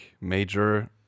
major